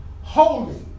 holy